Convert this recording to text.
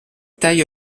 taille